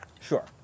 Sure